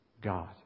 God